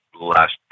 last